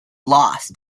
loss